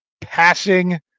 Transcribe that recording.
passing